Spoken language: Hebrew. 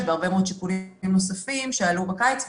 בהרבה מאוד שיקולים נוספים שעלו בקיץ,